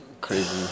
Crazy